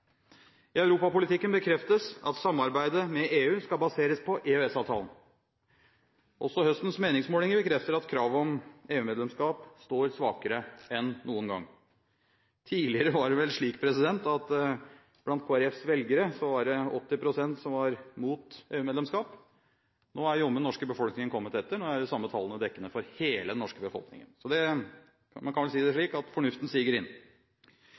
I europapolitikken bekreftes at samarbeidet med EU skal baseres på EØS-avtalen. Også høstens meningsmålinger bekrefter at kravet om EU-medlemskap står svakere enn noen gang. Tidligere var det vel slik at blant Kristelig Folkepartis velgere var det 80 pst. som var mot EU-medlemskap. Nå er jammen den norske befolkningen kommet etter, nå er de samme tallene dekkende for hele den norske befolkningen. Man kan vel si det slik at fornuften siger inn.